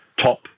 top